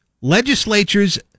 legislature's